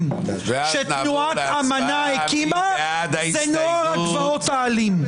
שתנועת אמנה הקימה זה נוער הגבעות האלים.